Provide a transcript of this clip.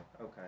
okay